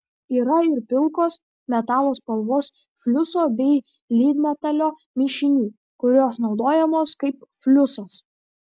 yra ir pilkos metalo spalvos fliuso bei lydmetalio mišinių kurios naudojamos kaip fliusas